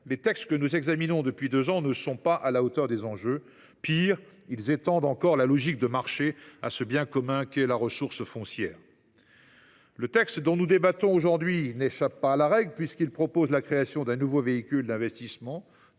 les textes que nous examinons depuis deux ans ne sont pas la hauteur des enjeux. Pis, ils étendent la logique de marché à ce bien commun qu’est la ressource foncière. Le texte dont nous débattons aujourd’hui n’échappe pas à la règle, puisqu’il propose la création d’un nouveau véhicule d’investissement